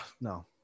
No